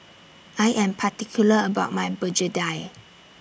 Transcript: I Am particular about My Begedil